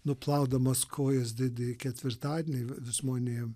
nuplaudamas kojas didįjį ketvirtadienį vis žmonėm